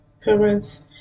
parents